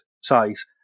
size